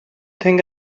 think